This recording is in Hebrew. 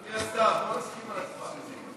אדוני השר, בוא נסכם על